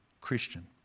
Christian